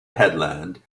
headland